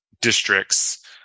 districts